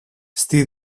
στη